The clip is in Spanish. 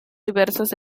diversos